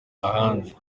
ahandi